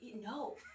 No